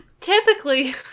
Typically